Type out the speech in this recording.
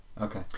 Okay